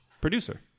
producer